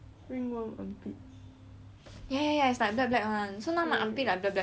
ya ya it's like the black black [one] so now my armpit like black black [one] cause of the ring worm scar